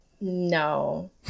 no